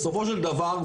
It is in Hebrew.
בסופו של דבר,